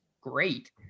great